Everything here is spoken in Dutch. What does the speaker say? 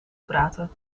praten